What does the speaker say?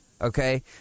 okay